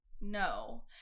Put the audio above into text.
no